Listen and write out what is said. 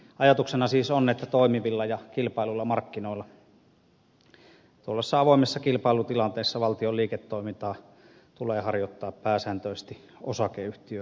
ajatuksena siis on että toimivilla ja kilpailluilla markkinoilla avoimessa kilpailutilanteessa valtion liiketoimintaa tulee harjoittaa pääsääntöisesti osakeyhtiömuodossa